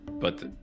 but-